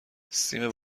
سیم